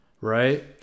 right